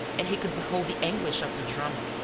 and he could behold the anguish of the drama.